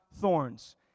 thorns